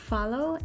Follow